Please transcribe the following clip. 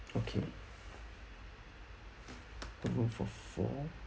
okay two rooms for four